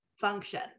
function